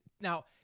now